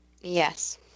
Yes